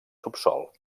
subsòl